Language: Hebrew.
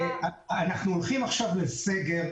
אנחנו הולכים עכשיו לסגר,